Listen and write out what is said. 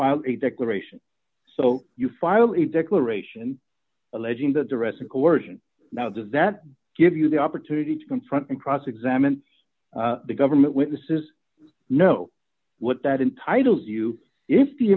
file a declaration so you file a declaration alleging that arrest coersion now does that give you the opportunity to confront and cross examine the government witnesses know what that entitles you if the